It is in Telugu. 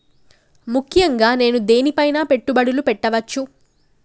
ముఖ్యంగా నేను దేని పైనా పెట్టుబడులు పెట్టవచ్చు?